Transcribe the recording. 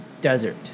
desert